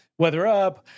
WeatherUp